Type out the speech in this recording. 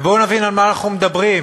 בואו ונבין על מה אנחנו מדברים,